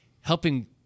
helping